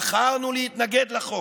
בחרנו להתנגד לחוק.